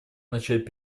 начать